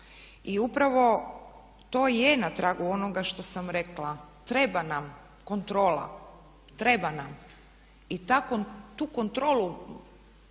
I upravo to i je na tragu onoga što sam rekla, treba nam kontrola, treba nam. I tu kontrolu